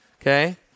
Okay